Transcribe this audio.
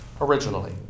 originally